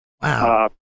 Wow